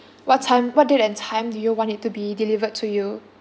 what time what date and time do you want it to be delivered to you